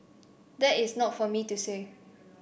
that is not for me to say